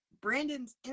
Brandon's